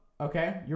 okay